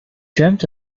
dreamt